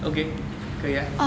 okay 可以啊